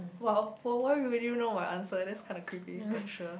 !wow! !woah! why would you know my answer that's kinda creepy but sure